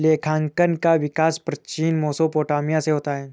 लेखांकन का विकास प्राचीन मेसोपोटामिया से होता है